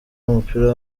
w’umupira